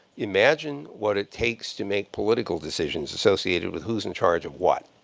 imagine what it takes to make political decisions associated with who's in charge of what.